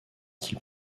qu’il